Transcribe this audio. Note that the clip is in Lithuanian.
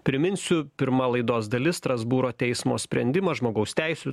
priminsiu pirma laidos dalis strasbūro teismo sprendimą žmogaus teisių